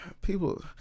people